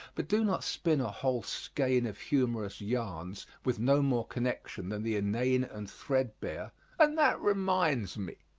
but do not spin a whole skein of humorous yarns with no more connection than the inane and threadbare and that reminds me.